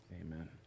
Amen